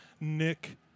Nick